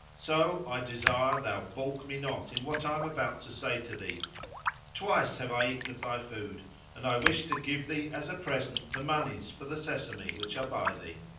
so i desire thou baulk me not in what i am about to say to thee twice have i eaten of thy food and i wish to give thee as a present the monies for the sesame which are by thee.